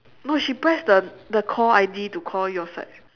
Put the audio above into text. no she press the the call I_D to call your side